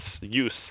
use